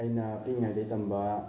ꯑꯩꯅ ꯄꯤꯛꯂꯤꯉꯥꯏꯗꯒꯤ ꯇꯝꯕ